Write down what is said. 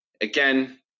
again